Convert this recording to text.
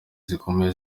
zikomeye